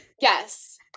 yes